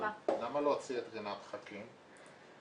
אודה לך אם תוכל להגביר טיפ-טיפה את קולך.